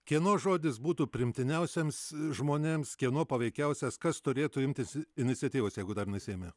kieno žodis būtų priimtiniausiems žmonėms kieno paveikiausias kas turėtų imtis iniciatyvos jeigu dar nesiėmė